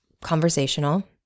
conversational